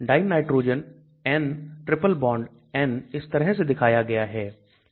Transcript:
Dinitrogen N triple bond N इस तरह से दिखाया गया है